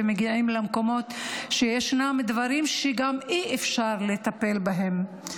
ומגיעים למקומות שישנם דברים שאי-אפשר לטפל בהם.